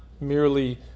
merely